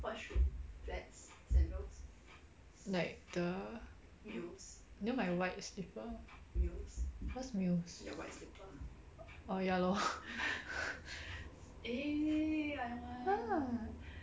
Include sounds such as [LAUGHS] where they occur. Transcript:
like the you know my white slipper what's orh ya lor [LAUGHS] what